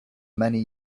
many